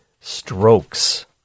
Strokes